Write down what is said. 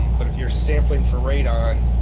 but if you're sampling for radon,